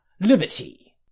Liberty